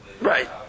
Right